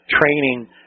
training